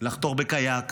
לחתור בקיאק